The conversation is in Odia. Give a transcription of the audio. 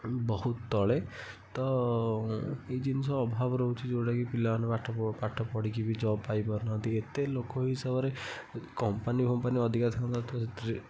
ବହୁତ ତଳେ ତ ଏ ଜିନ୍ଷ ଅଭାବ ରହୁଛି ଯେଉଁଟା କି ପିଲାମାନେ ପାଠ ପାଠ ପାଢ଼ିକି ବି ଜବ୍ ପାଇପାରୁନାହାଁନ୍ତି ଏତେ ଲୋକ ହିସାବରେ କମ୍ପାନୀ ଫମ୍ପାନି ଅଧିକ ଥାଆନ୍ତା ତ ସେଥିରେ